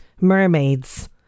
mermaids